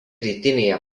rytinėje